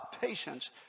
patience